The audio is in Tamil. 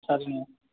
சரிங்க